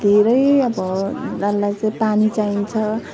धेरै अब दाललाई चाहिँ पानी चाहिन्छ